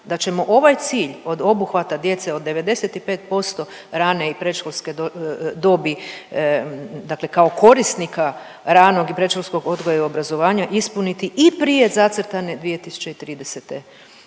da ćemo ovaj cilj od obuhvata djece od 95% rane i predškolske dobi, dakle kao korisnika ranog i predškolskog odgoja i obrazovanja ispuniti i prije zacrtane 2030.g..